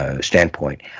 standpoint